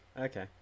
Okay